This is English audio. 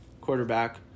quarterback